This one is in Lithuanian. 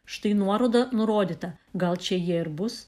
štai nuoroda nurodyta gal čia jie ir bus